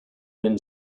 ben